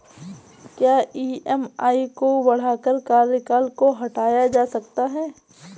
क्या ई.एम.आई को बढ़ाकर कार्यकाल को घटाया जा सकता है?